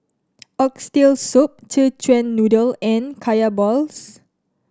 Oxtail Soup Szechuan Noodle and Kaya balls